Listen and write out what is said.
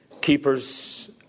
keepers